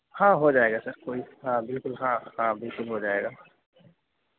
ہاں ہوجائے گا سر کوئی ہاں بالکل ہاں ہاں بالکل ہو جائے گا